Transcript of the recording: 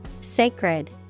Sacred